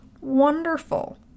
wonderful